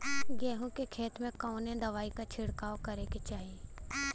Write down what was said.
गेहूँ के खेत मे कवने दवाई क छिड़काव करे के चाही?